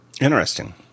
Interesting